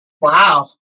Wow